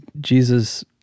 Jesus